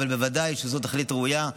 אבל בוודאי שזאת תכלית ראויה.